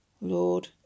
Lord